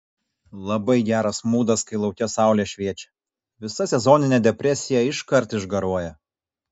labai geras mūdas kai lauke saulė šviečia visa sezoninė depresija iškart išgaruoja